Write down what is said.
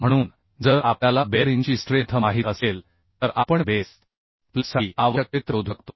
म्हणून जर आपल्याला बेअरिंगची स्ट्रेंथ माहित असेल तर आपण बेस प्लेटसाठी आवश्यक क्षेत्र शोधू शकतो